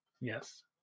Yes